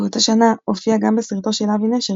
באותה שנה הופיעה גם בסרטו של אבי נשר,